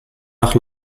nach